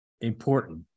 important